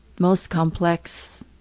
most complex